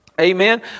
Amen